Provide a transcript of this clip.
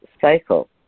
cycle